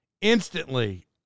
instantly